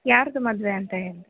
ಯಾರದ್ದು ಮದುವೆ ಅಂತ ಹೇಳಿ